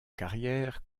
carrière